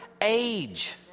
age